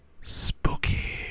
spooky